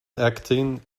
acting